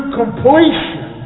completion